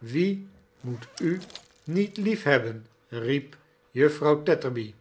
wie moet u niet liefhebben riep juffrouw tetterby